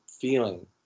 feeling